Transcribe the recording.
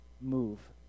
Move